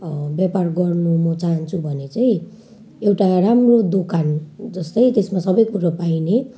व्यापार गर्नु म चाहन्छु भने चाहिँ एउटा राम्रो दोकान जस्तै त्यसमा सबै कुरो पाइने